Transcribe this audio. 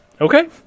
Okay